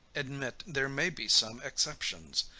admit there may be some exceptions,